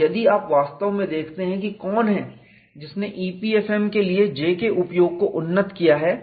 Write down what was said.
और यदि आप वास्तव में देखते हैं कि कौन है जिसने EPFM के लिए J के उपयोग को उन्नत किया है